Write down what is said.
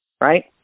Right